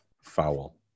foul